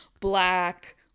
black